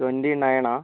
twenty നയണാ